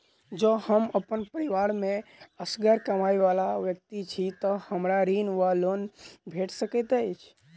जँ हम अप्पन परिवार मे असगर कमाई वला व्यक्ति छी तऽ हमरा ऋण वा लोन भेट सकैत अछि?